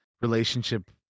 relationship